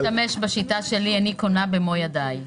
אני קונה במי ידיי.